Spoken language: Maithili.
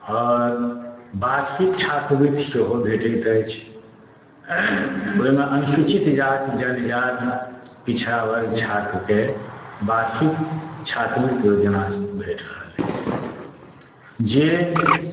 आओर वार्षिक छात्रवृत्ति सेहो भेटैत अछि ओहिमे अनुसूचित जाति जनजाति पिछड़ा वर्ग छात्रके वार्षिक छात्रवृत्तियो जेना भेटि रहल अछि जे